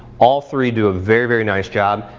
all three do a very, very nice job.